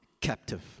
captive